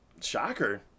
shocker